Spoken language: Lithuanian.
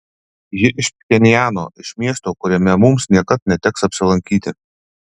ji iš pchenjano iš miesto kuriame mums niekad neteks apsilankyti